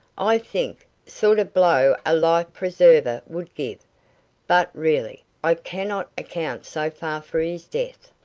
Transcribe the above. i think sort of blow a life-preserver would give but, really, i cannot account so far for his death.